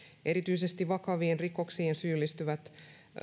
erityisesti vakaviin rikoksiin syyllistyvät